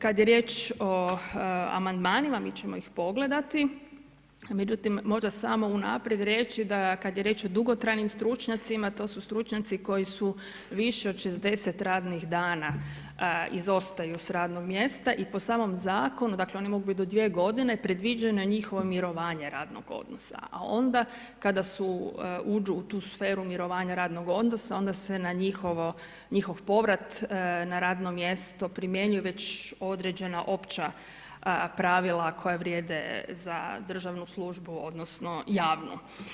Kad je riječ o amandmanima, mi ćemo ih pogledati, međutim možda samo unaprijed reći kad je riječ o dugotrajnim stručnjacima to su stručnjaci koji su više od 60 radnih dana izostaju s radnog mjesta i po samom zakonu oni mogu biti do dvije godine, predviđeno je njihovo mirovanje radnog odnosa, a onda kada uđu u tu sferu mirovanja radnog odnosa, onda se na njihov povrat na radno mjesto primjenjuju već određena opća pravila koja vrijede za državnu službu, odnosno, javnu.